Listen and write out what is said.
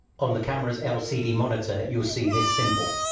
on the camera's lcd monitor you'll see this symbol.